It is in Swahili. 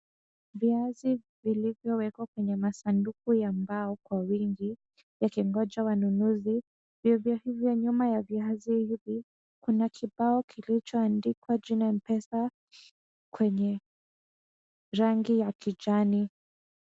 Viazi vilivyo wekwa kwenye masanduku ya mbao kwa wingi yakingoja wanunuzi. Vivyo hivyo nyuma ya viazi hivi kuna kibao kilicho andikwa jina mpesa kwenye rangi ya kijani.